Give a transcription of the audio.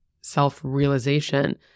self-realization